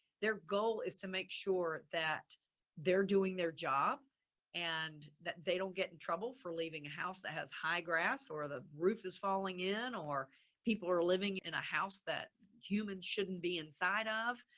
their goal is to make sure that they're doing their job and that they don't get in trouble for leaving a house that has high grass or the roof is falling in or people are living in a house that humans shouldn't be inside of.